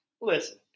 listen